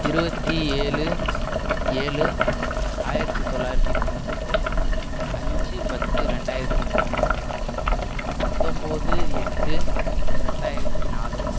இருபத்தி ஏழு ஏழு ஆயிரத்தி தொள்ளாயிரத்தி தொண்ணூற்றி எட்டு அஞ்சு பத்து ரெண்டாயிரத்தி மூணு பத்தொம்பது எட்டு ரெண்டாயிரத்தி நாலு